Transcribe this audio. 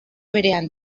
berean